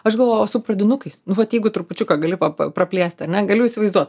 aš galvoju o su pradinukais nu vat jeigu trupučiuką gali praplėst ar ne galiu įsivaizduot